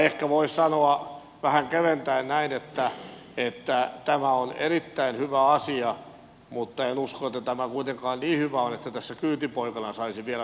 ehkä voisi sanoa vähän keventäen näin että tämä on erittäin hyvä asia mutta en usko että tämä kuitenkaan niin hyvä on että tässä kyytipoikana saisi vielä nato jäsenyydenkin